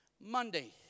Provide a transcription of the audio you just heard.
Monday